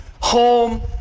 home